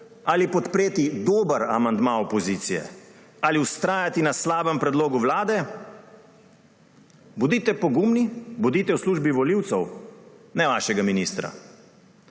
ali podpreti dober amandma opozicije ali vztrajati na slabem predlogu Vlade, bodite pogumni, bodite v službi volivcev, ne svojega ministra.